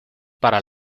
para